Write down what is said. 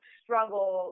struggle